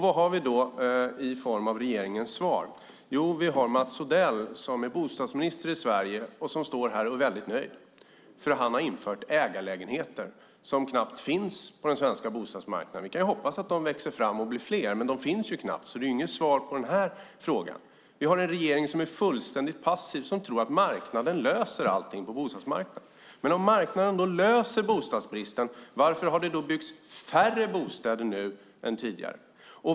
Vad får vi då för svar av regeringen? Jo, vi har bostadsminister Mats Odell som står i talarstolen och är väldigt nöjd för han har infört ägarlägenheter, något som knappt finns på den svenska bostadsmarknaden; vi får väl hoppas att de blir fler. I dag finns de dock knappt, och det är därför inget svar på frågan. Vi har en regering som är fullständigt passiv och tror att marknaden löser allt. Om nu marknaden löser bostadsbristen, varför har det då byggts färre bostäder nu än tidigare?